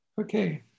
Okay